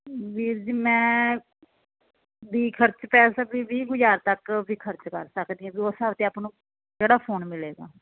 ਵੀਰ ਜੀ ਮੈਂ ਵੀ ਖਰਚ ਕਰ ਸਕਦੀ ਵੀਹ ਕ ਹਜਾਰ ਤੱਕ ਵੀ ਖਰਚ ਕਰ ਸਕਦੇ ਆ ਉਸ ਹਿਸਾਬ ਤੇ ਆਪਾ ਨੂੰ ਕਿਹੜਾ ਫੋਨ ਮਿਲੇਗਾ